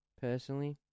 personally